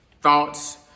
thoughts